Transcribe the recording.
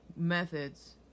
Methods